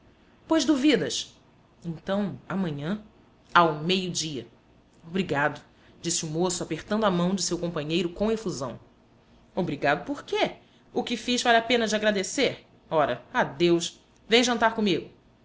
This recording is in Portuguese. pois duvidas então amanhã ao meio-dia obrigado disse o moço apertando a mão de seu companheiro com efusão obrigado por quê o que fiz vale a pena de agradecer ora adeus vem jantar comigo